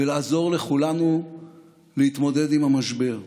ולעזור לכולנו להתמודד עם המשבר.